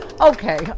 Okay